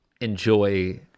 enjoy